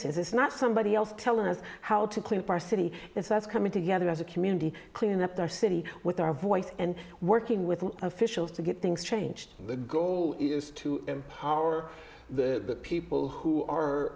is not somebody else tell us how to clean our city if that's coming together as a community cleaning up our city with our voice and working with officials to get things changed the goal is to empower the people who are